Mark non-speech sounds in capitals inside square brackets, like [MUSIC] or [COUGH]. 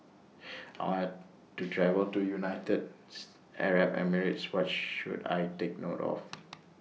I want to travel to United Arab Emirates What should I Take note of [NOISE]